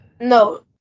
No